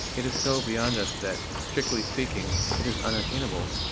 it is so beyond us that, strictly speaking, it is unattainable.